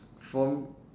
for m~